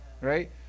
right